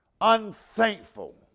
Unthankful